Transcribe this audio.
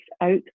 out